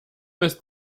ist